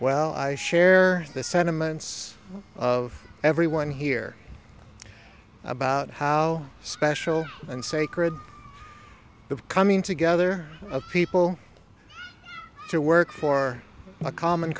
well i share the sentiments of everyone here about how special and sacred of coming together of people to work for a common